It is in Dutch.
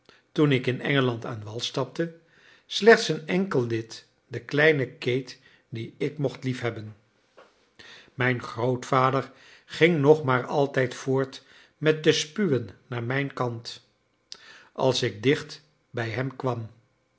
toen ik in engeland aan wal stapte slechts een enkel lid de kleine kate die ik mocht liefhebben mijn grootvader ging nog maar altijd voort met te spuwen naar mijn kant als ik dicht bij hem kwam